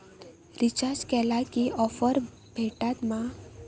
Recharge केला की offers भेटात मा?